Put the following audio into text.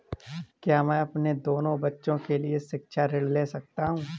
क्या मैं अपने दोनों बच्चों के लिए शिक्षा ऋण ले सकता हूँ?